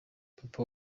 papa